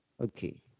Okay